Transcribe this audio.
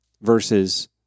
versus